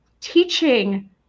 teaching